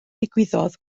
ddigwyddodd